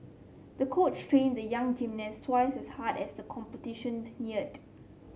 the coach trained the young gymnast twice as hard as the competition neared